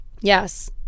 yes